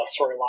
storyline